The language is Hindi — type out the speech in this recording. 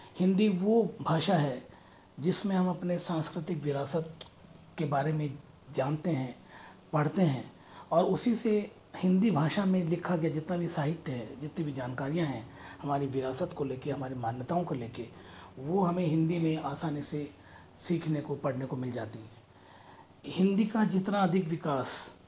हिन्दी वह भाषा है जिसमें हम अपने सांस्कृतिक विरासत के बारे में जानते हैं पढ़ते हैं और उसी से हिंदी भाषा में लिखा गया जितना भी साहित्य है जितनी भी जानकारियाँ हैं हमारी विरासत को लेकर हमारे मान्यताओं को लेकर वो हमें हिंदी में आसानी से सीखने को पढ़ने को मिल जाती है हिंदी का जितना अधिक विकास